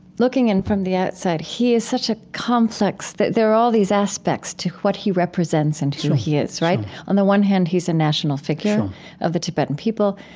looking in from the outside, he is such a complex there are all these aspects to what he represents and who he is, right? on the one hand, he is a national figure of the tibetan people.